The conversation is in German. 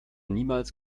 niemals